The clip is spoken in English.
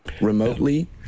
remotely